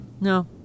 No